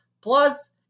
Plus